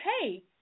hey